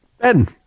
Ben